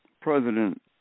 President